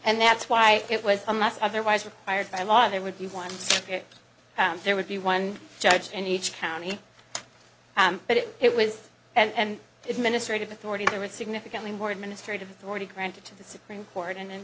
and that's why it was a mess otherwise required by law there would be one there would be one judge and each county but it was and it ministry of authority there was significantly more administrative authority granted to the supreme court and